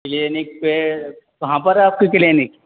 clinic پہ کہاں پر ہے آپ کی کلینک